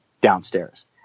downstairs